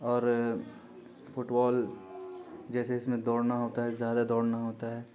اور football جیسے اس میں دوڑنا ہوتا ہے زیادہ دوڑنا ہوتا ہے